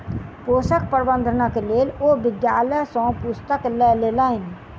पोषक प्रबंधनक लेल ओ विद्यालय सॅ पुस्तक लय लेलैन